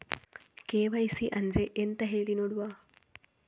KYC ಅಂದ್ರೆ ಎಂತ ಹೇಳಿ ನೋಡುವ?